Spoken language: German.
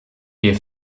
wir